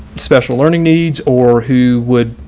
special learning needs or who would,